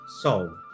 solve